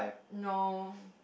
know